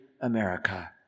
America